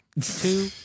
two